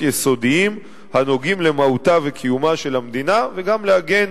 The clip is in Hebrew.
יסודיים הנוגעים למהותה וקיומה של המדינה וגם להגן